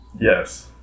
Yes